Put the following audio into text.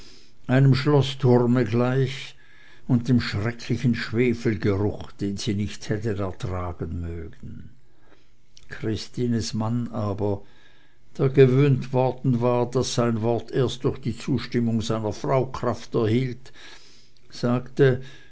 einem schloßturme gleich und dem schrecklichen schwefelgeruch den sie nicht hätten ertragen mögen christines mann aber der gewöhnt worden war daß sein wort erst durch die zustimmung seiner frau kraft erhielt sagte